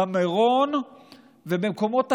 במירון ובמקומות אחרים,